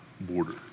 border